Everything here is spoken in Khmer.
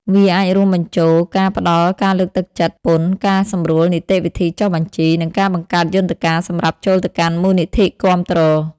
វាអាចរួមបញ្ចូលការផ្តល់ការលើកទឹកចិត្តពន្ធ ការសម្រួលនីតិវិធីចុះបញ្ជី និងការបង្កើតយន្តការសម្រាប់ចូលទៅកាន់មូលនិធិគាំទ្រ ។